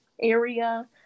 area